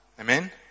Amen